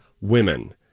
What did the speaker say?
women